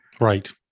Right